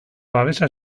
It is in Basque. babesa